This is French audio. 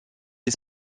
est